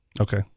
Okay